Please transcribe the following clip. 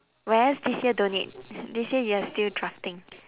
whereas this year don't need this year you are still drafting